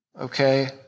Okay